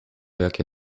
jakie